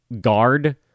guard